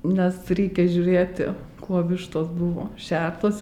nes reikia žiūrėti kuo vištos buvo šertos